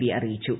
B അറിയിച്ചു